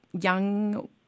young